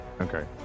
Okay